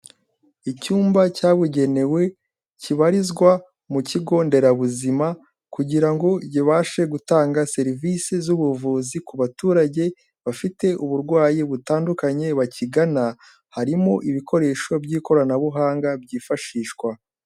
Icyumba cyabugenewe kibarizwa mu kigo nderabuzima, kugira ngo kibashe gutanga serivisi z'ubuvuzi ku baturage bafite uburwayi butandukanye bakigana, harimo ibikoresho by'ikoranabuhanga byifashishwa.